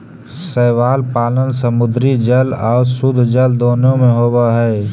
शैवाल पालन समुद्री जल आउ शुद्धजल दोनों में होब हई